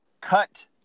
Cut